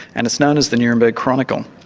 and it's known as the nuremberg chronicle.